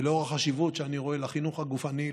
לאור החשיבות שאני רואה בחינוך הגופני,